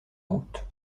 route